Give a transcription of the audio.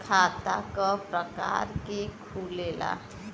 खाता क प्रकार के खुलेला?